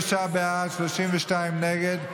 43 בעד, 32 נגד.